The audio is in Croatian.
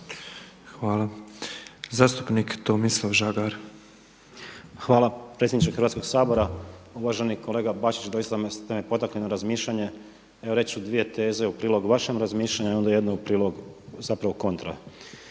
Žagar. **Žagar, Tomislav (Nezavisni)** Hvala. Predsjedniče Hrvatskoga sabora! Uvaženi kolega Bačić, doista ste me potakli na razmišljanje. Evo reći ću dvije teze u prilog vašem razmišljanju i onda jednu u prilog zapravo kontra.